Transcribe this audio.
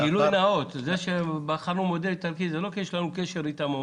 גילוי נאות: בחרנו מודל איטלקי לא כי יש לנו קשר איתם,